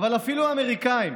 אבל אפילו האמריקאים